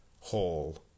Hall